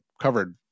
covered